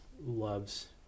loves